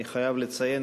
אני חייב לציין,